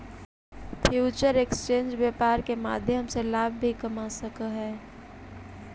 future exchange व्यापार के माध्यम से लाभ भी कमा सकऽ हइ